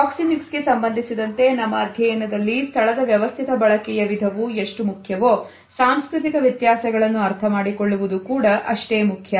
proxemics ಗೆ ಸಂಬಂಧಿಸಿದಂತೆ ನಮ್ಮ ಅಧ್ಯಯನದಲ್ಲಿ ಸ್ಥಳದ ವ್ಯವಸ್ಥಿತ ಬಳಕೆಯ ವಿಧವು ಎಷ್ಟು ಮುಖ್ಯವೋ ಸಾಂಸ್ಕೃತಿಕ ವ್ಯತ್ಯಾಸಗಳನ್ನು ಅರ್ಥ ಮಾಡಿಕೊಳ್ಳುವುದು ಕೂಡ ಅಷ್ಟೇ ಮುಖ್ಯ